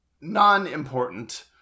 non-important